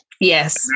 Yes